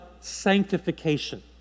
sanctification